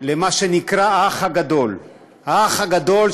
למה שנקרא "האח הגדול" "האח הגדול",